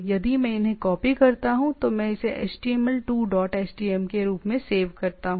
यदि मैं इन्हें कॉपी करता हूँ तो मैं इसे एचटीएमएल 2 डॉट htm के रूप में सेव करता हूं